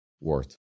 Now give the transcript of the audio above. worth